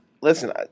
listen